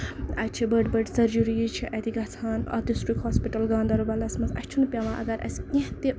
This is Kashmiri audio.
اَتہِ چھِ بٔڑۍ بٔڑۍ سٔرجِریٖز چھِ اَتہِ گژھان اَتھ ڈسٹرک ہوسپِٹل گاندربَلَس منٛز اَسہِ چھُنہٕ پیوان اَگر اَسہِ کیٚنٛہہ تہِ